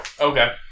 Okay